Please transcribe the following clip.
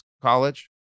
college